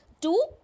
Two